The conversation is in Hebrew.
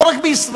לא רק בישראל.